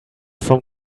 from